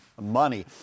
money